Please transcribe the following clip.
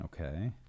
Okay